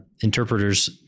interpreters